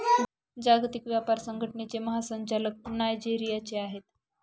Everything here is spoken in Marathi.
जागतिक व्यापार संघटनेचे महासंचालक नायजेरियाचे आहेत